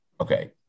Okay